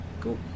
Cool